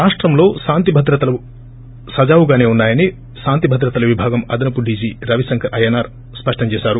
రాష్టంలో కాంతి భద్రతలు సజావుగానే ఉన్నా యని కాంతి భద్రతల విభాగం అదనపు డీజీ రవిశంకర్ అయ్యనార్ స్పష్టం చేశారు